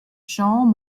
jean